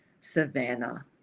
Savannah